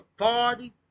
authority